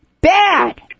bad